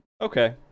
okay